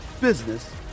business